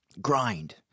grind